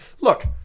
look